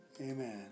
Amen